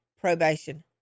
probation